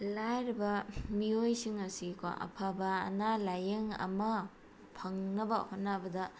ꯂꯥꯏꯔꯕ ꯃꯤꯑꯣꯏꯁꯤꯡ ꯑꯁꯤ ꯀꯣ ꯑꯐꯕ ꯑꯅꯥ ꯂꯥꯏꯌꯦꯡ ꯑꯃ ꯐꯪꯅꯕ ꯍꯣꯠꯅꯕꯗ